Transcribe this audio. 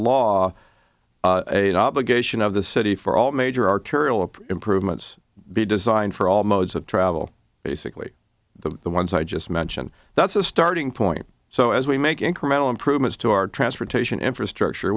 a obligation of the city for all major arterial improvements be designed for all modes of travel basically the ones i just mention that's a starting point so as we make incremental improvements to our transportation infrastructure